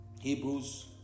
Hebrews